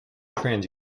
trans